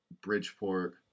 Bridgeport